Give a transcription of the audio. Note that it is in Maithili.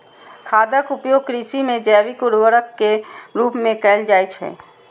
खादक उपयोग कृषि मे जैविक उर्वरक के रूप मे कैल जाइ छै